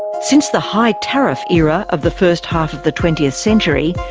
since the high tariff era of the first half of the twentieth century,